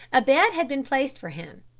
a bed had been placed for him,